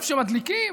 איפה שמדליקים?